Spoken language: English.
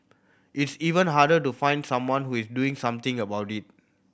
it's even harder to find someone who is doing something about it